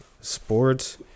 sports